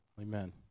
Amen